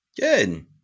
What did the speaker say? Good